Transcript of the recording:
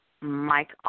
Mike